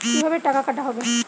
কিভাবে টাকা কাটা হবে?